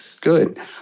Good